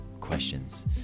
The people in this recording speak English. questions